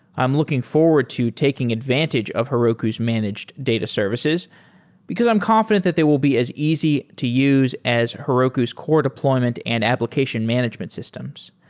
i'm looking forward to taking advantage of heroku's managed data services because i'm confident that they will be as easy to use as heroku's core deployment and application management systems.